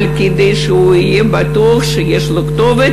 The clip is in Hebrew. אבל כדי שהוא יהיה בטוח שיש לו כתובת